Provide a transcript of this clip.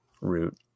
root